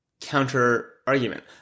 counter-argument